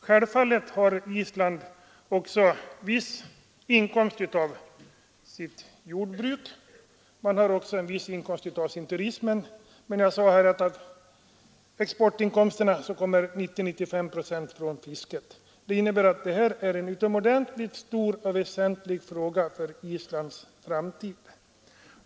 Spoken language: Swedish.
Självfallet har Island också viss inkomst av sitt jordbruk och sin turism, men av exportinkomsterna kommer 90—95 procent från fisket. Det innebär att detta är en utomordentligt stor och väsentlig fråga för Islands framtid.